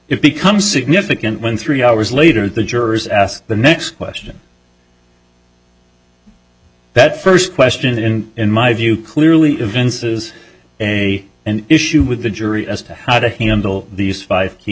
it becomes significant when three hours later the jurors ask the next question that first question in in my view clearly events is a an issue with the jury as to how to handle these five